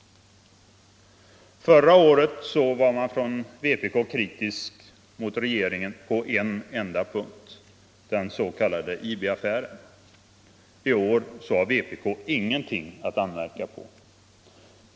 Förra året var man från vpk kritisk mot regeringen på en enda punkt, den s.k. IB-affären. I år har vpk ingenting att anmärka på.